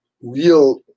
real